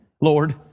Lord